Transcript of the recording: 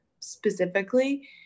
specifically